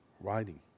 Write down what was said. writing